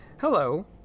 Hello